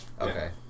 okay